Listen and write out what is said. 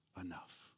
enough